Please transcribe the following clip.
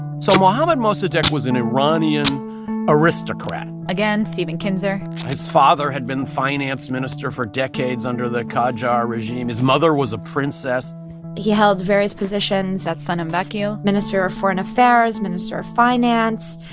so mohammad mossadegh was an iranian aristocrat again, stephen kinzer his father had been finance minister for decades under the qajar regime. his mother was a princess he held various positions that's sanam vakil minister of foreign affairs, minister of finance,